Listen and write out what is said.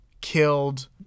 killed